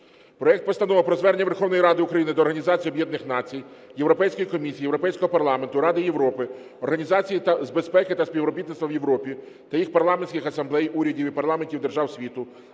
проект Постанови про Звернення Верховної Ради України до Організації Об’єднаних Націй, Європейської Комісії, Європейського Парламенту, Ради Європи, Організації з безпеки та співробітництва в Європі та їх парламентських асамблей, урядів і парламентів держав світу